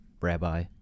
rabbi